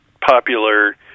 popular